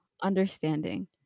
understanding